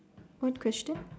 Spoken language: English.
what question